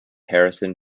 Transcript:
harrison